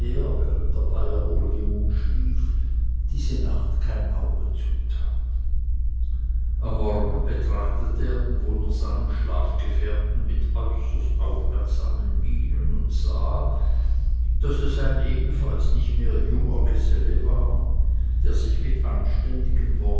während der bayer wohlgemut schlief diese nacht kein auge zutat am morgen betrachtete er den wundersamen schlafgefährten mit äußerst aufmerksamen mienen und sah daß es ein ebenfalls nicht mehr junger geselle war der sich mit anständigen